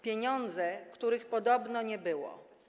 Pieniądze, których podobno nie było.